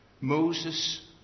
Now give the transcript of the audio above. Moses